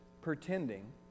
pretending